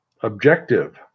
objective